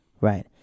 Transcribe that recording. right